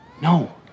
No